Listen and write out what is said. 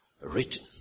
written